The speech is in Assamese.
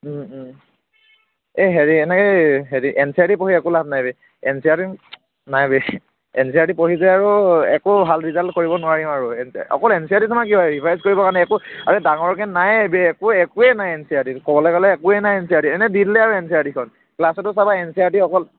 এই হেৰি এনেই হেৰি N C E R T পঢ়ি একো লাভ নাই বে N C E R T নাই বে N C E R T পঢ়ি যে আৰু একো ভাল ৰিজাল্ট কৰিব নোৱাৰিম আৰু অকল N C E R T আৰু তোমাৰ কি হয় ৰিভাইজ কৰিবৰ কাৰণে একো আৰে ডাঙৰকৈ নাইয়েই বে একোৱে একোয়েই নাই N C E R T ত ক'বলৈ গ'লে একোয়েই নাই N C E R T ত এনেই দি দিলে আৰু N C E R T খন ক্লাছতো চব N C E R T অকল